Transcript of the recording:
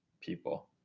people